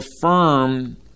firm